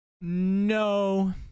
No